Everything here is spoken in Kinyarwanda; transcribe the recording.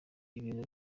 ibintu